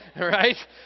right